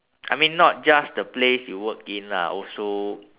I mean not just the place you work in lah also